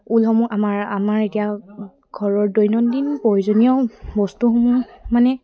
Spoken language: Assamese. ঊলসমূহ আমাৰ আমাৰ এতিয়া ঘৰৰ দৈনন্দিন প্ৰয়োজনীয় বস্তুসমূহ মানে